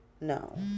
no